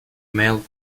mail